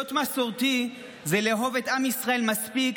להיות מסורתי זה לאהוב את עם ישראל מספיק